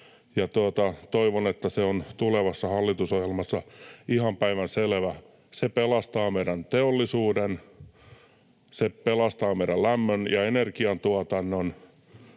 toivon, että se on tulevassa hallitusohjelmassa ihan päivänselvää. Se pelastaa meidän teollisuuden, ja se pelastaa meidän lämmön- ja energiantuotannon.